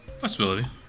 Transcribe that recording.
Possibility